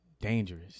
dangerous